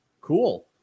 cool